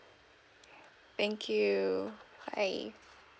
thank you bye